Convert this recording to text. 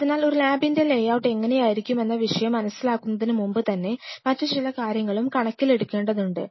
അതിനാൽ ഒരു ലാബിന്റെ ലേഔട്ട് എങ്ങനെയായിരിക്കും എന്ന വിഷയം മനസ്സിലാക്കുന്നതിനുമുൻപ് മറ്റ് ചില കാര്യങ്ങളും കണക്കിലെടുക്കേണ്ടതുണ്ട്